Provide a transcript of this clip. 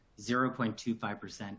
0.25%